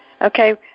Okay